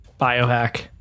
biohack